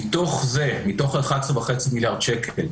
מתוך ה-11.5 מיליארד שקל,